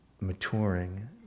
maturing